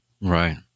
Right